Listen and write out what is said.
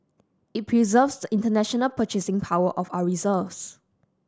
it preserves the international purchasing power of our reserves